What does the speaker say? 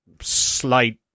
slight